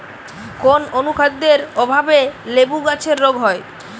কোন অনুখাদ্যের অভাবে লেবু গাছের রোগ হয়?